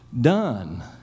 done